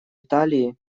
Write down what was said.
италии